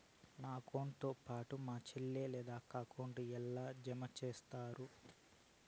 నా అకౌంట్ తో పాటు మా చెల్లి లేదా అక్క అకౌంట్ ను ఎలా జామ సేస్తారు?